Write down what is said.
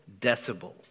decibel